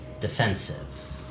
defensive